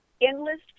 endless